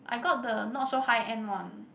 I got the not so high end one